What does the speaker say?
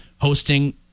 hosting